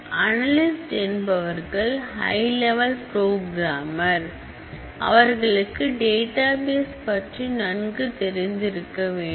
analyst என்பவர்கள் high level programmer அவர்களுக்கு database பற்றி நன்கு தெரிந்து இருக்க வேண்டும்